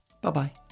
Bye-bye